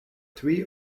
three